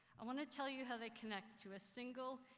i want to tell you how they connect to a single,